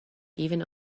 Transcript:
even